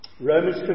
Romans